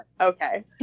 Okay